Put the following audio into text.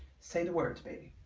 say the words baby,